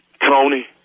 Tony